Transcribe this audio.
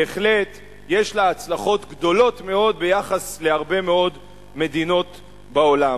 בהחלט יש לה הצלחות גדולות מאוד ביחס להרבה מאוד מדינות בעולם.